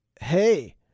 hey